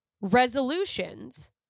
resolutions